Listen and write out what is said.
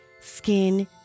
skin